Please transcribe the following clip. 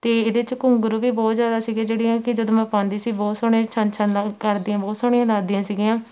ਅਤੇ ਇਹਦੇ 'ਚ ਘੁੰਗਰੂ ਵੀ ਬਹੁਤ ਜ਼ਿਆਦਾ ਸੀਗੇ ਜਿਹੜੀਆਂ ਕਿ ਜਦੋਂ ਮੈਂ ਪਾਉਂਦੀ ਸੀ ਬਹੁਤ ਸੋਹਣੇ ਛਣ ਛਣ ਲ ਕਰਦੀਆਂ ਬਹੁਤ ਸੋਹਣੀਆਂ ਲੱਗਦੀਆਂ ਸੀਗੀਆਂ